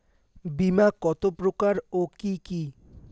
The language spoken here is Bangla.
বীমা কত প্রকার ও কি কি?